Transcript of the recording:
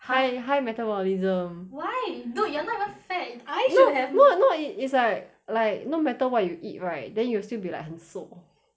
high high metabolism why dude you're not even fat I should have no no no it's like like no matter what you eat right then you'll still be like 很瘦